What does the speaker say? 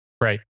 Right